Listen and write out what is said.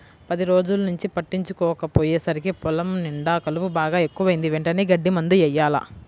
పది రోజుల్నుంచి పట్టించుకోకపొయ్యేసరికి పొలం నిండా కలుపు బాగా ఎక్కువైంది, వెంటనే గడ్డి మందు యెయ్యాల